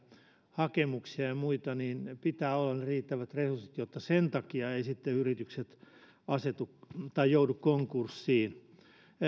hakemuksia ja muita pitää olla ne riittävät resurssit jotta sen takia eivät sitten yritykset joudu konkurssiin